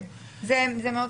זה מאוד קשה.